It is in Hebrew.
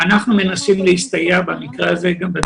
יש מספר רשתות מזון שלקחו את זה והן מסמנות את